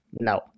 No